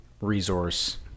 resource